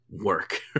work